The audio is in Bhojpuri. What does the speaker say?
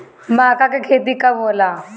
माका के खेती कब होला?